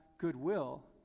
goodwill